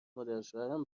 مادرشوهرم